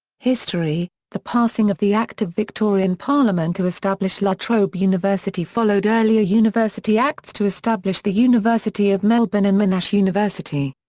history the passing of the act of victorian parliament to establish la trobe university followed earlier university acts to establish the university of melbourne and monash university.